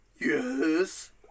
Yes